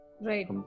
right